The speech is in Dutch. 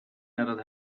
nadat